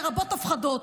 לרבות הפחדות.